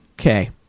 Okay